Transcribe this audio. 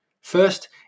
first